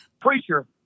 preacher